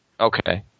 Okay